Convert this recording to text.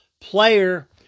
player